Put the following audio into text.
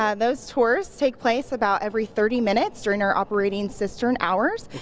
and those tours take place about every thirty minutes during our operating cistern hours.